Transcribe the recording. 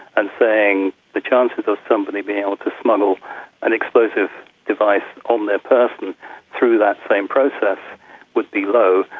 and saying the chances of somebody being able to smuggle an explosive device on their person through that same process would be low,